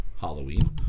Halloween